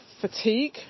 fatigue